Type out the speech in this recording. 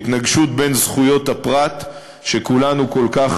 התנגשות בין זכויות הפרט שכולנו כל כך